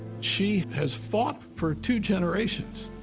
she has fought for two generations.